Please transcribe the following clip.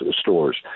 stores